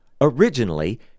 originally